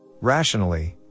Rationally